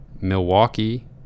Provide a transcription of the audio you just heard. Milwaukee